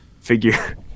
figure